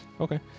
Okay